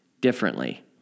differently